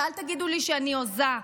ואל תגידו לי שאני הוזה,